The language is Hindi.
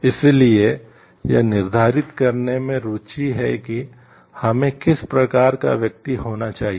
इसलिए यह निर्धारित करने में रुचि है कि हमें किस प्रकार का व्यक्ति होना चाहिए